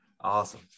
Awesome